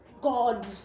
god